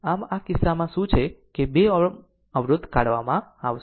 આમ આ કિસ્સામાં શું થશે કે 2 Ω અવરોધ કાઢવામાં આવશે